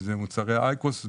שזה מוצרי אי-קוסט,